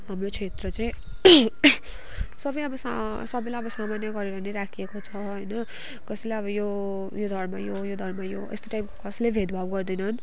हाम्रो क्षेत्र चाहिँ सबै अब स सबैलाई अब सामान्य गरेर नै राखिएको छ होइन कसैलाई अब यो यो धर्म यो यो धर्म यो यस्तो टाइपको कसैलाई भेदभाव गर्दैनन्